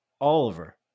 Oliver